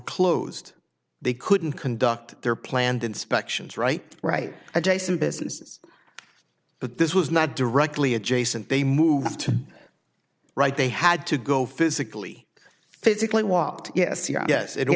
closed they couldn't conduct their planned inspections right right adjacent businesses but this was not directly adjacent they moved right they had to go physically physically whopped yes yes